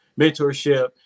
mentorship